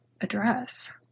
address